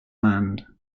land